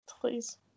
Please